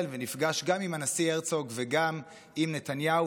ונפגש גם עם הנשיא הרצוג וגם עם נתניהו,